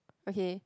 okay